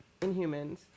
Inhumans